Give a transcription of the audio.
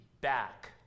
back